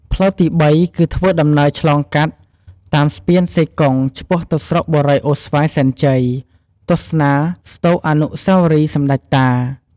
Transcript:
ផ្លូវទី៣ គឺធ្វើដំណើរឆ្លងកាត់តាមស្ពានសេកុងឆ្ពោះទៅស្រុកបុរីអូរស្វាយសែនជ័យទស្សនាស្ដូកអានុស្សាវរីយ៍សម្ដេចតា។